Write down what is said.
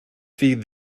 feed